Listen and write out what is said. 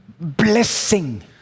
blessing